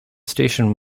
station